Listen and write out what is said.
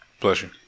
Pleasure